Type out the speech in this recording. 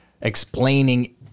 explaining